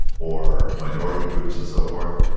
or minority groups, and so forth.